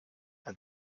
and